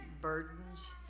burdens